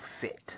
fit